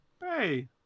Hey